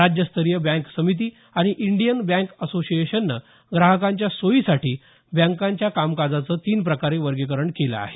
राज्य स्तरीय बँक समिती आणि इंडियन बँक असोसिएशनने ग्राहकांच्या सोयीसाठी बँकांच्या कामकाजांचं तीन प्रकारे वर्गीकरण केलं आहे